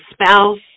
spouse